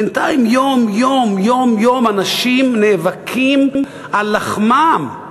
בינתיים יום-יום אנשים נאבקים על לחמם,